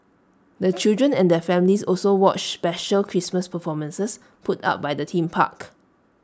the children and their families also watched special Christmas performances put up by the theme park